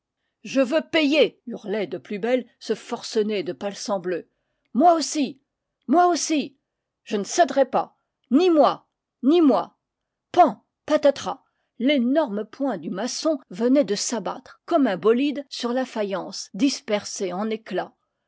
je veux payer hurlait de plus belle ce forcené de palsambleu moi aussi moi aussi je ne céderai pas ni moi ni moi pan patatras l'énorme poing du maçon venait de s'abattre comme un bolide sur la faïence dispersée en éclats